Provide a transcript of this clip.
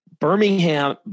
Birmingham